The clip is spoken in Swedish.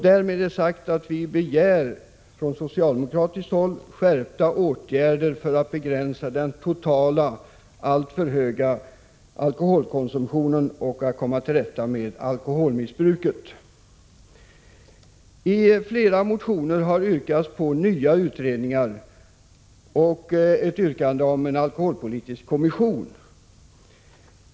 Därmed är sagt att vi från socialdemokratiskt håll begär skärpta åtgärder för att begränsa den totala, alltför höga alkoholkonsumtionen och komma till rätta med alkoholmissbruket. I flera motioner har yrkats på nya utredningar och en alkoholpolitisk kommission.